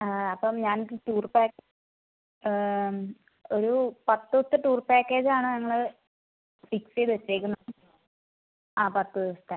അപ്പോൾ ഞാൻ tour package ഒരു പത്ത് ദിവസത്തെ ടൂർ പാക്കേജാണ് നമ്മള് ചെയ്ത് വെച്ചേക്കുന്നത് അതെ പത്ത് ദിവസത്തെ